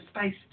space